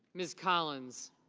ms. collins.